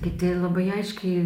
kiti labai aiškiai